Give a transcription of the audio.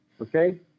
Okay